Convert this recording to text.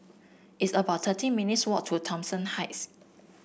it's about thirty minutes' walk to Thomson Heights